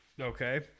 Okay